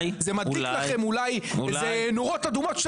זה מדליק לכם אולי איזה נורות אדומות -- אולי,